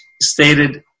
stated